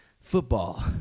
football